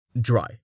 dry